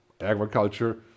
Agriculture